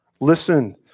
listen